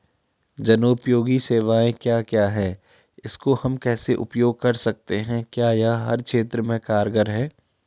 जनोपयोगी सेवाएं क्या क्या हैं इसको हम कैसे उपयोग कर सकते हैं क्या यह हर क्षेत्र में कारगर है?